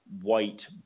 white